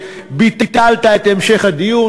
שביטלת את המשך הדיון.